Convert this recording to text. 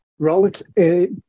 Rolex